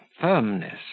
firmness